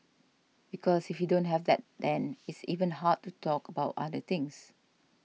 because if you don't have that then it's even hard to talk about other things